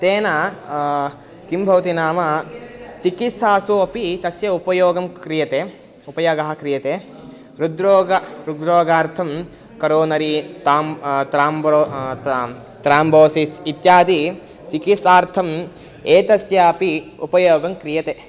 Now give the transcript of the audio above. तेन किं भवति नाम चिकित्सासु अपि तस्य उपयोगं क्रियते उपयागः क्रियते हृद्रोगं हृद्रोगार्थं करोनरी ताम् त्राम्ब्रो त्राम् त्रम्बोसिस् इत्यादि चिकित्सार्थम् एतस्यापि उपयोगं क्रियते